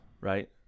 right